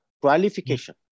Qualification